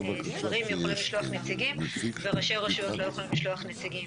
שרים יכולים לשלוח נציגים וראשי רשויות לא יכולים לשלוח נציגים.